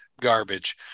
garbage